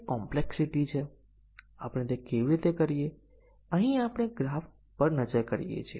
હવે ચાલો આપણે આ તકનીકને વધુ સારી રીતે સમજવા માટે બીજું ઉદાહરણ જોઈએ